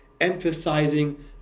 emphasizing